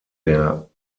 der